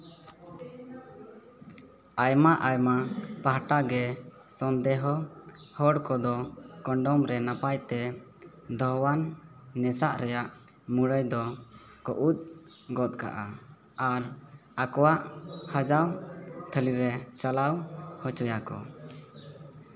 ᱟᱭᱢᱟ ᱟᱭᱢᱟ ᱯᱟᱦᱴᱟ ᱜᱮ ᱥᱚᱱᱫᱮᱦᱚ ᱦᱚᱲ ᱠᱚᱫᱚ ᱠᱚᱱᱰᱚᱢ ᱨᱮ ᱱᱟᱯᱟᱭ ᱛᱮ ᱫᱚᱦᱚᱣᱟᱱ ᱱᱮᱥᱟᱜ ᱨᱮᱭᱟᱜ ᱢᱩᱲᱟᱹᱭ ᱫᱚᱠᱚ ᱩᱫ ᱜᱚᱫ ᱠᱟᱜᱼᱟ ᱟᱨ ᱟᱠᱚᱣᱟᱜ ᱦᱟᱡᱟᱣ ᱛᱷᱟᱹᱞᱤᱨᱮ ᱪᱟᱞᱟᱣ ᱦᱚᱪᱚᱭᱟᱠᱚ